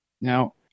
Now